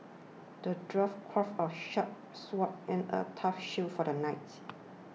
the dwarf crafted a sharp sword and a tough shield for the knight